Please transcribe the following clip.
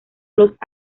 los